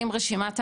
אם רשימת ההמתנה,